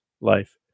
life